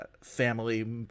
family